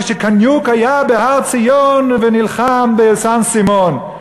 כשקניוק היה בהר-ציון ונלחם בסן-סימון.